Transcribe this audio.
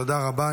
תודה רבה.